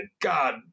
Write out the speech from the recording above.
God